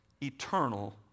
eternal